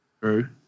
True